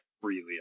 freely